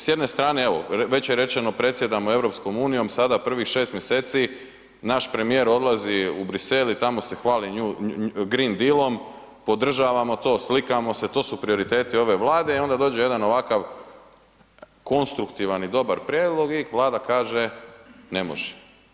S jedne strane, evo već je rečeno, predsjedamo EU-om sada prvih 6 mj., naš premijer odlazi u Bruxelles i tamo se hvali green dealom, podržavamo to, slikamo se, to su prioriteti ove Vlade i onda dođe jedan ovakav konstruktivan i dobar prijedlog i Vlada kaže ne može.